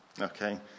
Okay